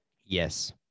Yes